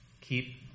Keep